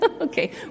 Okay